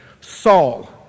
Saul